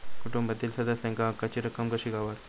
कुटुंबातील सदस्यांका हक्काची रक्कम कशी गावात?